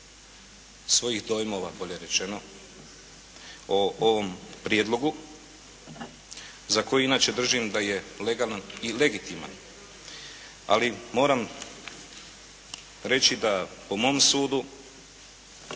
svojih dojmova bolje rečeno o ovom Prijedlogu za koji inače držim da je legalan i legitiman, ali moram reći da po mom sudu,